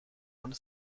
ohne